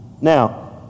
Now